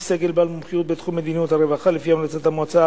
איש סגל בעל מומחיות בתחום מדיניות הרווחה לפי המלצת המועצה